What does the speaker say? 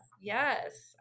Yes